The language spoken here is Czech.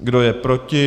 Kdo je proti?